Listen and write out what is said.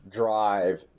drive